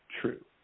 true